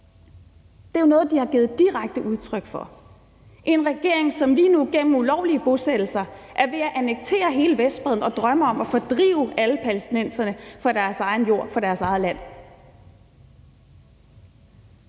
Det er jo noget, de har givet direkte udtryk for. Det drejer sig om en regering, som lige nu igennem ulovlige bosættelser er ved at annektere hele Vestbredden og drømmer om at fordrive alle palæstinenserne fra deres egen jord og fra deres eget land.